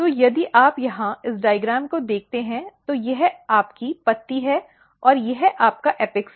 तो यदि आप यहां इस आरेख को देखते हैं तो यह आप की पत्ती है और यह आपका एपेक्स है